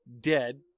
dead